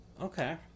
Okay